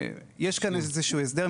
יש כאן איזה שהוא הסדר,